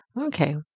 Okay